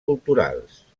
culturals